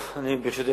בבקשה, אדוני השר.